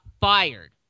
fired